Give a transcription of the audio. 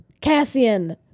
Cassian